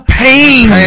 pain